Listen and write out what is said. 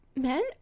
Men